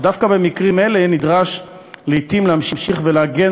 ודווקא במקרים אלה נדרש לעתים להמשיך להגן